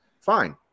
Fine